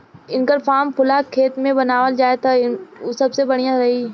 इनकर फार्म खुला खेत में बनावल जाई त उ सबसे बढ़िया रही